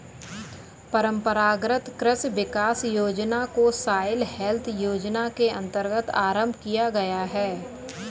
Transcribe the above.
परंपरागत कृषि विकास योजना को सॉइल हेल्थ योजना के अंतर्गत आरंभ किया गया है